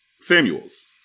Samuels